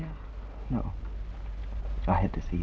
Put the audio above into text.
you know i had to see